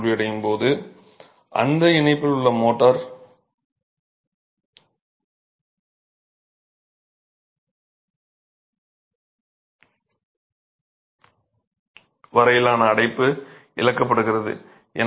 unit தோல்வியடையும் போது அந்த இணைப்பில் உள்ள மோர்டார் வரையிலான அடைப்பு இழக்கப்படுகிறது